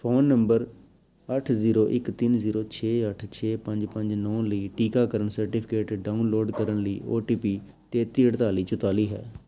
phone number ਅੱਠ zero ਇੱਕ ਤਿੰਨ ਜ਼ੀਰੋ ਛੇ ਅੱਠ ਛੇ ਪੰਜ ਪੰਜ ਨੌ ਲਈ ਟੀਕਾਕਰਨ ਸਰਟੀਫਿਕੇਟ ਡਾਊਨਲੋਡ ਕਰਨ ਲਈ ਓ ਟੀ ਪੀ ਤੇਤੀ ਅਠਤਾਲੀ ਚੁਤਾਲੀ ਹੈ